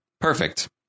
perfect